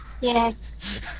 Yes